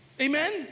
Amen